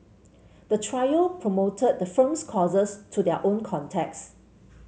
the trio promoted the firm's courses to their own contacts